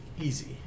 easy